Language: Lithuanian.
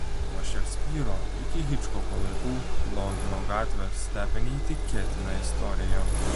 nuo šekspyro iki hičkoko laikų londono gatvės slepia neįtikėtiną istoriją